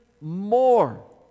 more